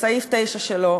בסעיף 9 שלו,